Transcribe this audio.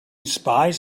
spies